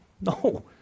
no